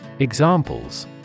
Examples